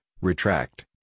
retract